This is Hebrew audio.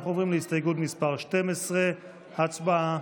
אנחנו עוברים להסתייגות מס' 12. הצבעה.